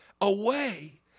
away